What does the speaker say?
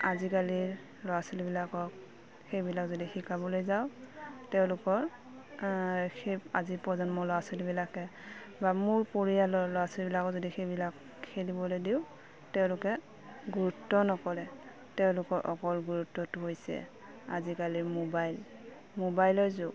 আজিকালিৰ ল'ৰা ছোৱালীবিলাকক সেইবিলাক যদি শিকাবলৈ যাওঁ তেওঁলোকৰ সেই আজি প্ৰজন্মৰ ল'ৰা ছোৱালীবিলাকে বা মোৰ পৰিয়ালৰ ল'ৰা ছোৱালীবিলাকক যদি সেইবিলাক খেলিবলৈ দিওঁ তেওঁলোকে গুৰুত্ব নকৰে তেওঁলোকৰ অকল গুৰুত্বটো হৈছে আজিকালিৰ মোবাইল মোবাইলৰ যুগ